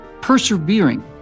persevering